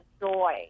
joy